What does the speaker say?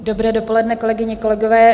Dobré dopoledne, kolegyně, kolegové.